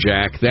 Jack